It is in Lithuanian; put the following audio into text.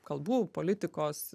kalbų politikos